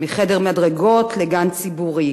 מחדר מדרגות לגן ציבורי,